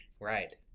Right